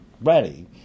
ready